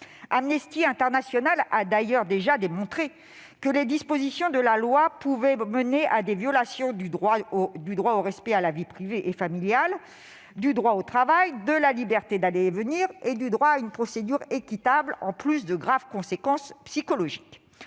Amnesty International a d'ailleurs déjà démontré que les dispositions de la loi pouvaient mener à des violations du droit au respect à la vie privée et familiale, du droit au travail, de la liberté d'aller et venir et du droit à une procédure équitable, en plus des graves conséquences psychologiques